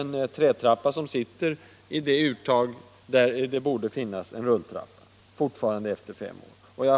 I det uttag där det borde finnas en rulltrappa sitter fortfarande en trätrappa.